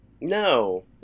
No